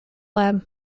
lab